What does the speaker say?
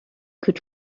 could